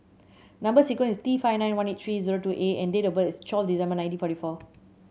number sequence is T five nine one eight three zero two A and date of birth is twelve December nineteen forty four